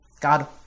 God